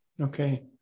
Okay